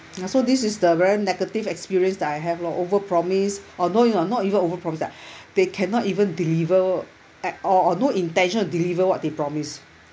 so this is the very negative experience that I have lor over promise oh no you're not even over promise that they cannot even deliver at all or no intention to deliver what they promise